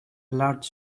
large